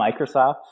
Microsoft